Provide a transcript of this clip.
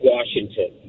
Washington